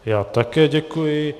Já také děkuji.